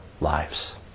lives